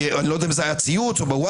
אני לא יודע אם זה היה ציוץ או בוואטסאפ